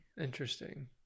interesting